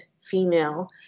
female